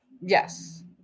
Yes